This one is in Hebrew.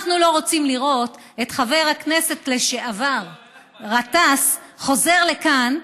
אנחנו לא רוצים לראות את חבר הכנסת לשעבר גטאס חוזר לכאן,